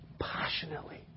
passionately